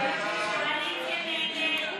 ההסתייגות (69) של חברי הכנסת מיכל בירן